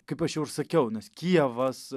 kaip aš jau ir sakiau nes kijevas